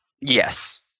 Yes